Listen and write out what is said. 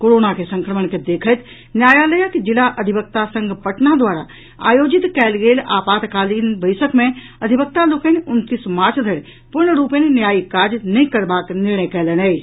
corona के संक्रमण के देखैत न्यायालयक जिला अधिवक्ता संघ पटना द्वारा आयोजित कयल गेल आपातकालीन बैसक मे अधिवक्ता लोकनि उनतीस मार्च धरि पूर्णरूपेण न्यायिक काज नहि करबाक निर्णय कयलनि अछि